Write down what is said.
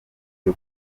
byo